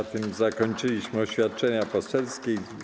Na tym zakończyliśmy oświadczenia poselskie.